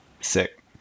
Sick